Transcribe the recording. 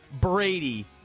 Brady